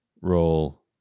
Roll